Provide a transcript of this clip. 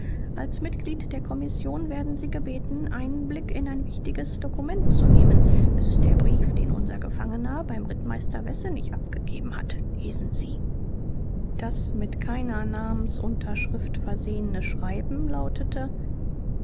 als mitglied der kommission werden sie gebeten einblick in ein wichtiges dokument zu nehmen es ist der brief den unser gefangener beim rittmeister wessenig abgegeben hat lesen sie das mit keiner namensunterschrift versehene schreiben lautete